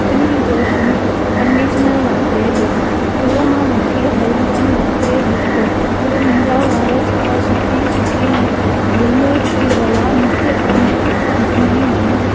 company जो तूं conditioner वापरे ॾिसि उहो मां वठी आयमि ऐं वापरे ॾिठो पर मुंहिंजा वार सफ़ा सुखी सुखी झूरमूर थी विया मूंखे उन कंपनीअ जो